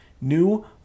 new